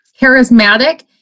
charismatic